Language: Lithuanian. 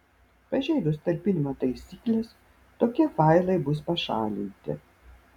pažeidus talpinimo taisykles tokie failai bus pašalinti